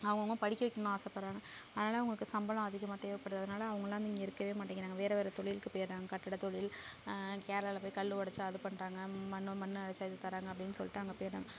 அவங்கவுங்க படிக்க வைக்கணும்னு ஆசை படுறாங்க அதனால அவங்களுக்கு சம்பளம் அதிகமாக தேவைப்படுது அதனால அவங்கல்லாம் இங்கிருக்கவே மாட்டேங்கிறாங்க வேற வேற தொழில்க்கு போயிட்றாங்க கட்டட தொழில் கேரளால போய் கல் உடச்சி அதை பண்ணுறாங்க மண்ணும் மண்ணை அரைச்சா இதை தர்றாங்க அப்படினு சொல்லிட்டு அங்கே போயிட்றாங்க